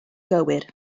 gywir